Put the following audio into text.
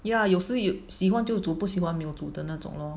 ya 有时有喜欢就煮不喜欢没有煮的那种 lor